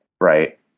right